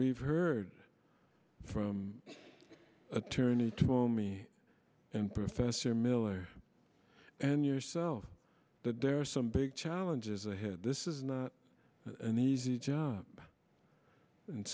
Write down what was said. we've heard from attorney to me and professor miller and yourself that there are some big challenges ahead this is not an easy job and